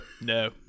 No